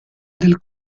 del